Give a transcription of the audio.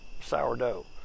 sourdough